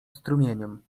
strumieniem